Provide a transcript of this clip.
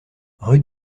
rue